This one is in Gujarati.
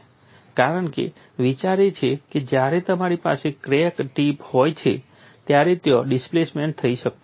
કારણ કે વિચાર એ છે કે જ્યારે તમારી પાસે ક્રેક ટીપ હોય છે ત્યારે ત્યાં ડિસ્પ્લેસમેંટ થઈ શકતું નથી